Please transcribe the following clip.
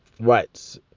Right